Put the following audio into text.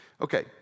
Okay